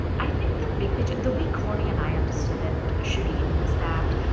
i think the big picture the way cory and i understood it, shereen, was that,